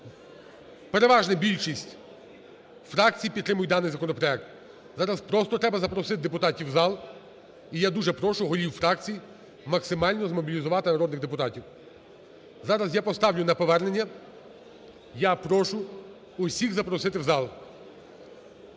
переважна більшість фракцій підтримують даний законопроект, зараз просто треба запросити депутатів в зал, і я дуже прошу голів фракцій максимально змобілізувати народних депутатів. Зараз я поставлю на повернення. Я прошу всіх запросити в зал.